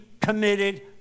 committed